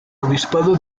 obispado